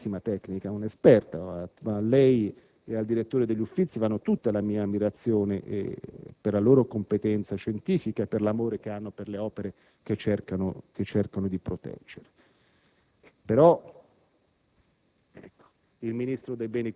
è una grandissima tecnica, un'esperta, a lei e al direttore degli Uffizi vanno tutta la mia ammirazione per la loro competenza scientifica e per l'amore che hanno per le opere che cercano di proteggere. Anche